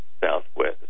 southwest